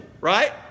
Right